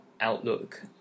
outlook